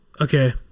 Okay